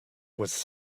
was